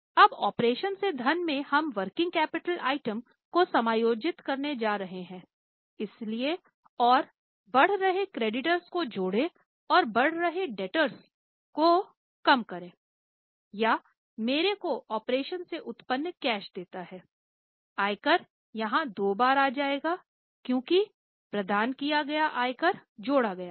अब आपरेशन से धन में हम वर्किंग कैपिटल को करे यह मेरे को ऑपरेशन से उत्पन्न कैश देता है आयकर यहाँ दो बार आ जाएगा क्योंकि प्रदान किया गया आयकर जोड़ा गया था